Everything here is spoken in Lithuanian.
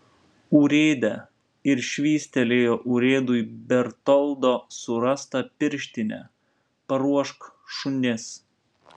urėde ir švystelėjo urėdui bertoldo surastą pirštinę paruošk šunis